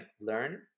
learn